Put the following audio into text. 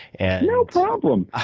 and no problem.